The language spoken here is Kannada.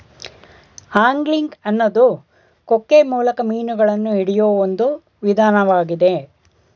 ಆಂಗ್ಲಿಂಗ್ ಅನ್ನೋದು ಕೊಕ್ಕೆ ಮೂಲಕ ಮೀನುಗಳನ್ನ ಹಿಡಿಯೋ ಒಂದ್ ವಿಧಾನ್ವಾಗಿದೆ